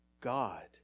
God